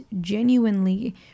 genuinely